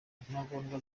intagondwa